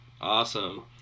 awesome